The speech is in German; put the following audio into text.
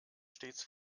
stets